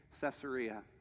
Caesarea